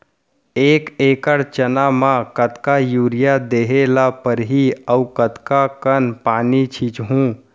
एक एकड़ चना म कतका यूरिया देहे ल परहि अऊ कतका कन पानी छींचहुं?